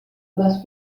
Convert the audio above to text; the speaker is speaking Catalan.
les